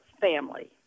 family